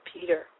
Peter